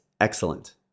excellent